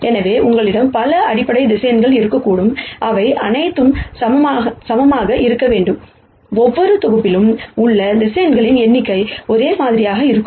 எனவே உங்களிடம் பல அடிப்படை வெக்டர்ஸ் இருக்கக்கூடும் அவை அனைத்தும் சமமாக இருக்கும்போது ஒவ்வொரு தொகுப்பிலும் உள்ள வெக்டர்ஸ் எண்ணிக்கை ஒரே மாதிரியாக இருக்கும்